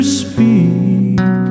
speak